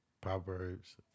Proverbs